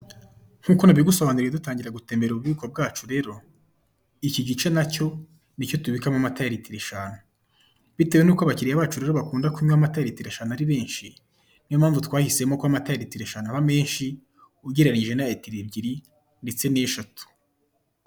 Nk'uko nabigusobanuriye dutangira gutembera ububiko bwacu rero, iki gice nacyo ni icyo tubikamo amata ya litiro eshanu, bitewe nuko abakiriya bacu rero bakunda kunywa amata ya litiro eshanu ari benshi, niyo mpamvu twahisemo ko amata ya litiro eshanu aba menshi ugereranyije n'aya litiro ebyiri ndetse n'eshatu.